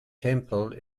temple